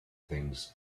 things